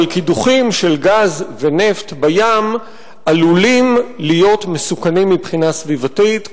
אבל קידוחים של גז ונפט בים עלולים להיות מסוכנים מבחינה סביבתית.